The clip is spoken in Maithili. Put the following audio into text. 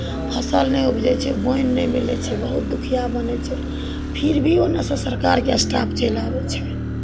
फसल नहि उपजै छै बोनि नहि मिलै छै बहुत दुखिया बनै छै फिर भी ओन्नऽ सँ सरकारके स्टाफ चलि आबै छै